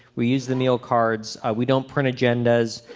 we use the meal cards. we don't print agendas.